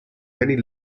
many